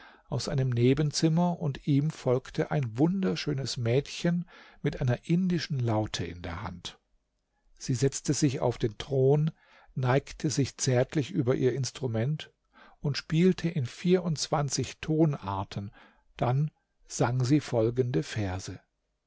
aus einem nebenzimmer und ihm folgte ein wunderschönes mädchen mit einer indischen laute in der hand sie setzte sich auf den thron neigte sich zärtlich über ihr instrument und spielte in vierundzwanzig tonarten dann sang sie folgende verse